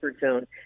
zone